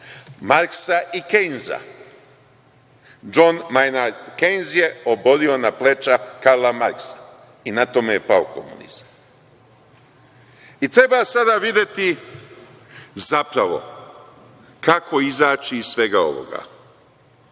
Marksa i Kejnza. Džon Majnard Kejnz je oborio na pleća Karla Marksa i na tome je pao komunizam. Treba sada videti zapravo kako izaći iz svega ovoga.